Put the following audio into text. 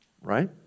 right